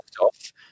off